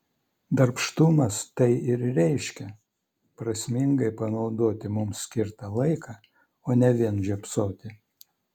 darbštumas tai ir reiškia prasmingai panaudoti mums skirtą laiką o ne vien žiopsoti